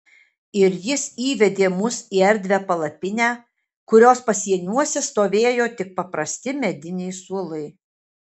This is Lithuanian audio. ir jis įvedė mus į erdvią palapinę kurios pasieniuose stovėjo tik paprasti mediniai suolai